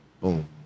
Boom